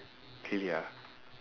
really ah